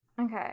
okay